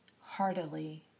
heartily